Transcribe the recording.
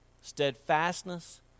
steadfastness